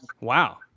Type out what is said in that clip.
Wow